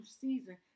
season